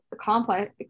complex